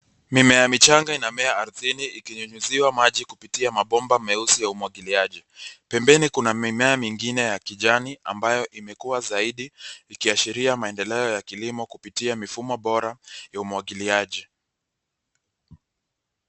Mimea michanga inamea ardhini ikinyunyiziwa maji kupitia mabomba meusi ya umwagiliaji. Pembeni kuna mimea mingine ya kijani ambayo imekua zaidi ikiashiria maendeleo ya kilimo kupitia mifumo bora ya umwagiliaji.